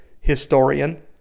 historian